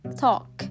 talk